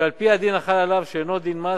שעל-פי הדין החל עליו שאינו דין מס,